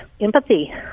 empathy